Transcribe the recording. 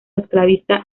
esclavista